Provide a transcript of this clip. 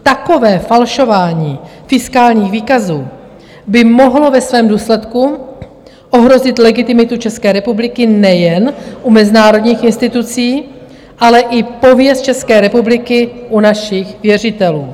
Takové falšování fiskálních výkazů by mohlo ve svém důsledku ohrozit legitimitu České republiky nejen u mezinárodních institucí, ale i pověst České republiky u našich věřitelů.